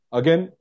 again